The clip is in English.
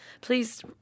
Please